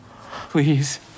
Please